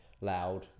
loud